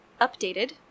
Updated